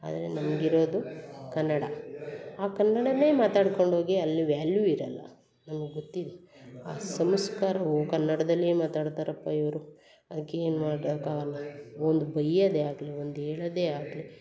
ಆದರೆ ನಮ್ಗೆ ಇರೋದು ಕನ್ನಡ ಆ ಕನ್ನಡವೇ ಮಾತಾಡ್ಕೊಂಡು ಹೋಗಿ ಅಲ್ಲಿ ವ್ಯಾಲ್ಯೂ ಇರೋಲ್ಲ ನಮ್ಮ ಗೊತ್ತಿದೆ ಆ ಸಂಸ್ಕಾರ ಹೋಗೋ ನಡೆದಲ್ಲಿ ಏನು ಮಾತಾಡ್ತಾರಪ್ಪ ಇವರು ಅದಕ್ಕೆ ಏನು ಮಾಡೋಕ್ಕಾಗೋಲ್ಲ ಒಂದು ಬೈಯ್ಯೋದೆ ಆಗಲಿ ಒಂದು ಹೇಳೋದೆ ಆಗಲಿ